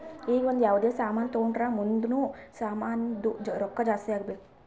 ಈಗ ಒಂದ್ ಯಾವ್ದೇ ಸಾಮಾನ್ ತೊಂಡುರ್ ಮುಂದ್ನು ಸಾಮಾನ್ದು ರೊಕ್ಕಾ ಜಾಸ್ತಿ ಆಗ್ಬೇಕ್